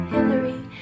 Hillary